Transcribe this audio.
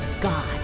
God